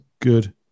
good